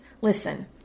Listen